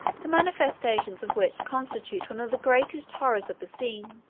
the manifestations of which constitute one of the greatest horrors of the scene.